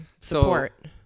support